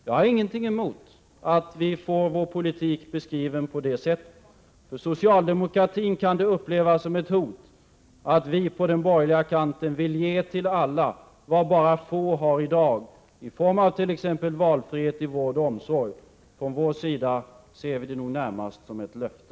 Jag har ingenting emot att vi får vår politik beskriven på detta sätt. Socialdemokraterna kan uppleva det som ett hot att vi på den borgerliga kanten vill åstadkomma vad bara få har i dag i form av t.ex. valfrihet, vård och omsorg. Från vår sida ser vi det närmast som ett löfte.